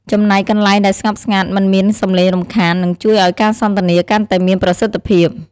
ចំណែកកន្លែងដែលស្ងប់ស្ងាត់ មិនមានសម្លេងរំខាន នឹងជួយឲ្យការសន្ទនាកាន់តែមានប្រសិទ្ធភាព។